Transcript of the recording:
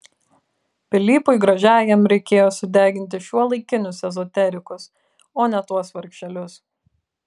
pilypui gražiajam reikėjo sudeginti šiuolaikinius ezoterikus o ne tuos vargšelius